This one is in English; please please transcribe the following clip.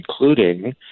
including